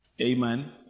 Amen